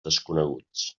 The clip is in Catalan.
desconeguts